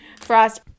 Frost